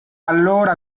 allora